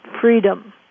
freedom